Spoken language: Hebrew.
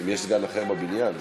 האם יש סגן אחר בבניין?